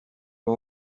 uru